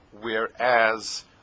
whereas